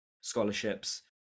scholarships